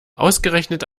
ausgerechnet